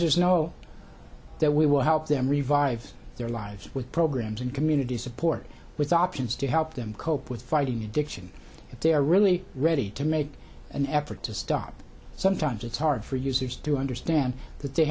users know that we will help them revive their lives with programs and community support with options to help them cope with fighting addiction if they are really ready to make an effort to stop sometimes it's hard for users to understand that they